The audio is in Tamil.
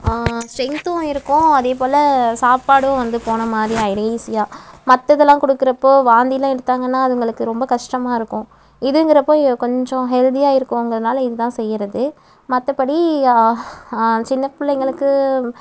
ஸ்ட்ரென்த்தும் இருக்கும் அதே போல் சாப்பாடும் வந்து போன மாதிரி ஆகிடும் ஈஸியாக மற்றதெல்லாம் கொடுக்கிறப்போ வாந்திலாம் எடுத்தாங்கன்னா அதுங்களுக்கு ரொம்ப கஷ்டமாக இருக்கும் இதுங்கிறப்போ கொஞ்சம் ஹெல்தியாக இருக்குங்கிறதுனால இது தான் செய்கிறது மற்றபடி சின்ன பிள்ளைங்களுக்கு